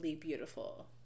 beautiful